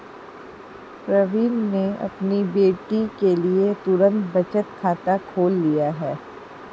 प्रवीण ने अपनी बेटी के लिए तुरंत बचत खाता खोल लिया